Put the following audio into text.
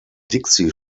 dixie